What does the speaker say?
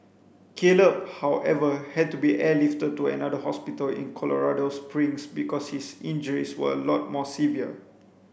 Caleb however had to be airlifted to another hospital in Colorado Springs because his injuries were a lot more severe